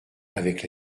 avec